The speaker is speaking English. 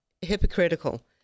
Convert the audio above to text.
hypocritical